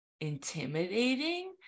intimidating